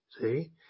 See